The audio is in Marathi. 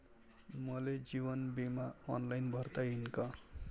मले जीवन बिमा ऑनलाईन भरता येईन का?